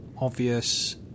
obvious